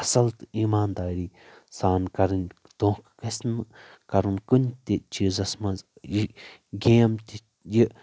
اصل تہٕ ایٖمان دٲری سان کرٕنۍ دۄکھٕ گژھِ نہٕ کرُن کُنہِ تہِ چیٖزس منٛز یہِ گیم یہِ